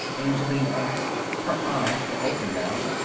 angelina asked. her eyes were open now.